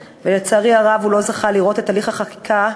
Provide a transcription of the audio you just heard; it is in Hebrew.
ולצערי הרב הוא לא זכה לראות את הליך החקיקה,